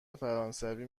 فرانسوی